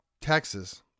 Texas